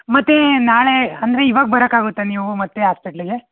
ಮತ್ತೆ ನಾಳೆ ಅಂದರೆ ಇವಾಗ ಬರೋಕ್ಕಾಗುತ್ತಾ ನೀವು ಮತ್ತೆ ಹಾಸ್ಪೆಟ್ಲಿಗೆ